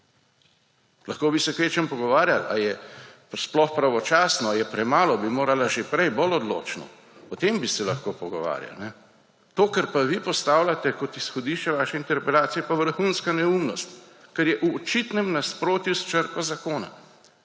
Lahko bi se kvečjemu pogovarjali, ali je sploh pravočasno, ali je premalo, bi morala že prej bolj odločno, o tem bi se lahko pogovarjali. To, kar pa vi postavljate kot izhodišče vaše interpelacije, je pa vrhunska neumnost, ker je v očitnem nasprotju s črko zakona.